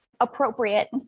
appropriate